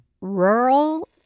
rural